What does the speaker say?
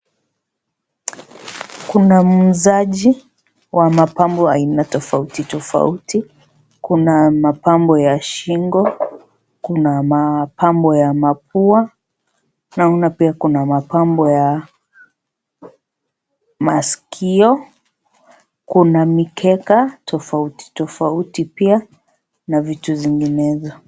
Kuna muuzaji wa mapambo aina tofauti tofauti, kuna mapambo ya shingo, kuna mapambo ya mapua , naona pia kuna mapambo ya maskio, kuna mikeka tofauti tofauti pia, na vitu zinginezo.